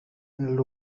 and